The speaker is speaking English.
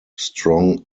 strong